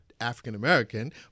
african-american